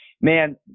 Man